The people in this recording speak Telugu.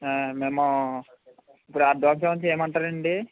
మేము ఇప్పుడు అడ్వాన్స్ ఏమైనా చేయమంటారండి